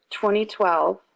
2012